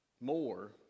more